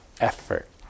effort